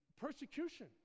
persecution